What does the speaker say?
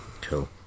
cool